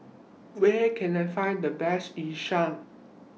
Where Can I Find The Best Yu Sheng